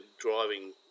driving